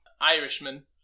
Irishman